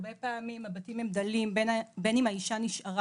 הרבה פעמים הבתים שלהן הם דלים בין אם האישה נשארה